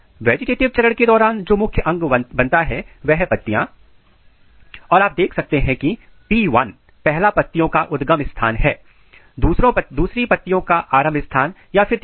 vegetative चरण के दौरान जो मुख्य अंग बनता है वह हैं पत्तियां आप देख सकते हैं की P 1 पहला पत्तियों का उद्गम स्थान है दूसरा पत्तियों का आरंभ स्थान और फिर तीसरा